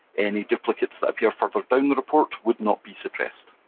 any duplicates that appear further down the report would not be suppressed.